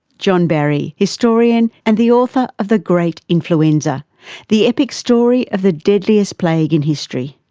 john barry, historian and the author of the great influenza the epic story of the deadliest plague in history.